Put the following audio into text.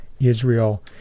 Israel